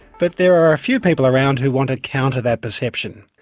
but there are a few people around who want to counter that perception.